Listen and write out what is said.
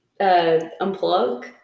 unplug